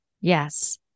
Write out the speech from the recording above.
Yes